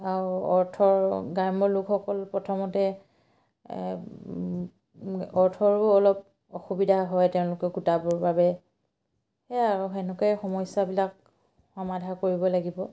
আৰু অৰ্থৰ গ্ৰাম্য লোকসকল প্ৰথমতে অৰ্থৰো অলপ অসুবিধা হয় তেওঁলোকে গোটাবৰ বাবে সেয়াই আৰু সেনেকে সমস্যাবিলাক সমাধা কৰিব লাগিব